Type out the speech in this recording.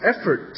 effort